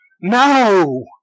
No